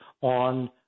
on